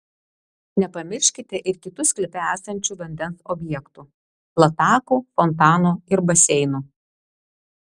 nepamirškite ir kitų sklype esančių vandens objektų latakų fontanų ir baseinų